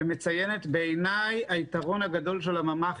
שמציינת שהיתרון הגדול של הממ"ח,